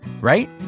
right